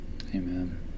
Amen